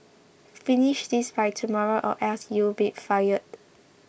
finish this by tomorrow or else you'll be fired